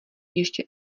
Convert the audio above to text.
ještě